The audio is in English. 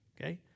okay